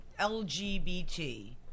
LGBT